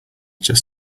just